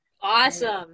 Awesome